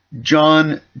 John